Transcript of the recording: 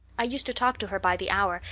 i used to talk to her by the hour,